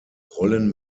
rollen